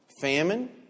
Famine